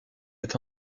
est